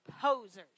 posers